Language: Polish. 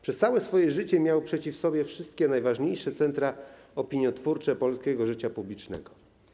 Przez całe swoje życie miał przeciw sobie wszystkie najważniejsze centra opiniotwórcze polskiego życia publicznego.